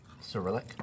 Cyrillic